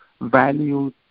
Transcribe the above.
value